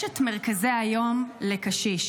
יש מרכזי יום לקשיש,